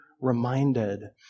reminded